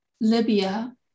Libya